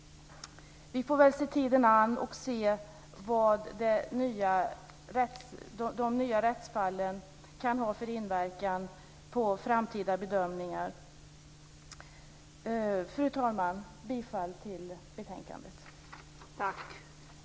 Vi får se tiden an och se vad de nya rättsfallen kan ha för inverkan på framtida bedömningar. Fru talman!